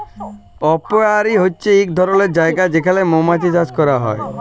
apiary হছে ইক ধরলের জায়গা যেখালে মমাছি চাষ ক্যরা হ্যয়